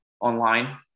online